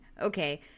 okay